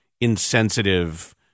insensitive